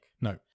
no